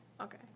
Okay